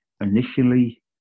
initially